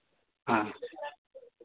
हाँ